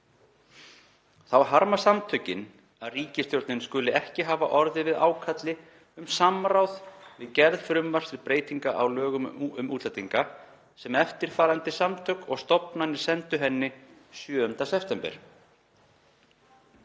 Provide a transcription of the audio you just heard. „Þá harma samtökin að ríkisstjórnin skuli ekki hafa orðið við ákalli um samráð við gerð frumvarps til breytinga á lögum um útlendinga, sem eftirfarandi samtök og stofnanir sendu henni 7. september